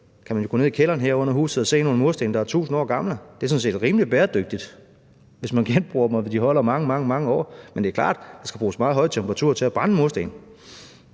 kan man jo gå ned i kælderen her under huset og se nogle mursten, der er tusind år gamle. Det er sådan set rimelig bæredygtigt, hvis man genbruger dem, og de holder mange, mange år. Men det er klart, at der skal bruges meget høje temperaturer til at brænde mursten.